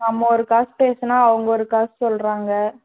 நம்ம ஒரு காசு பேசுன்னால் அவங்க ஒரு காசு சொல்கிறாங்க